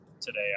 today